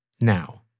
now